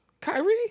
Kyrie